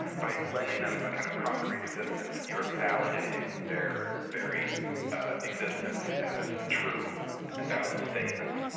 by lending them a kind of concrete existence, you're validating their very existence as true and valid statements.